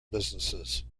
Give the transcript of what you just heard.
businesses